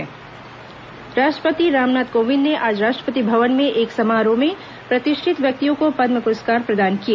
राष्ट्रपति पदम पुरस्कार राष्ट्रपति रामनाथ कोविंद ने आज राष्ट्रपति भवन में एक समारोह में प्रतिष्ठित व्यक्तियों को पदम पुरस्कार प्रदान किए